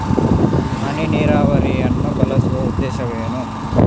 ಹನಿ ನೀರಾವರಿಯನ್ನು ಬಳಸುವ ಉದ್ದೇಶವೇನು?